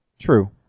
True